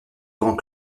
grand